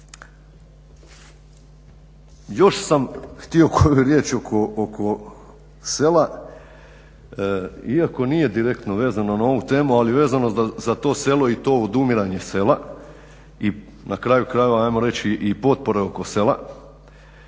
Još sam koju htio riječ oko sela iako nije direktno vezano na ovu temu, ali vezano za to selo i to odumiranje sela i na kraju krajeva ajmo reći i potpore oko sela